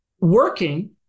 working